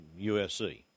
USC